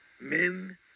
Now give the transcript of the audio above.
Men